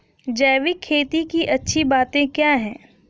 जैविक खेती की अच्छी बातें क्या हैं?